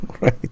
right